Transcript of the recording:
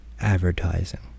advertising